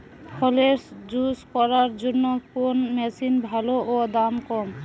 ফলের জুস করার জন্য কোন মেশিন ভালো ও দাম কম?